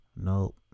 nope